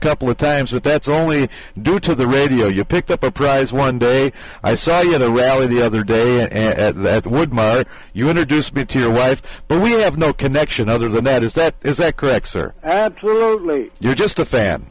couple of times but that's only due to the radio you picked up a prize one day i saw you know rally the other day in atlanta with my you introduced me to your wife but we have no connection other than that is that is that correct sir absolutely you're just a fan